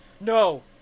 no